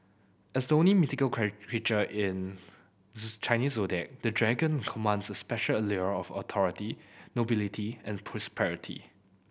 as the only mythical creature in Chinese Zodiac the Dragon commands a special allure of authority nobility and prosperity